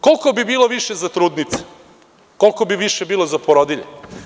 Koliko bi bilo više za trudnice, koliko bi bilo više za porodilje?